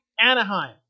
Anaheim